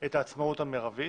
את העצמאות המרבית.